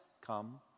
come